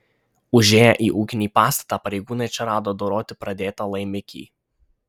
užėję į ūkinį pastatą pareigūnai čia rado doroti pradėtą laimikį